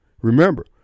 Remember